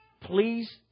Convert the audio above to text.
Please